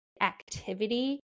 activity